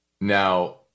Now